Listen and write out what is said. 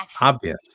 Obvious